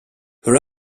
her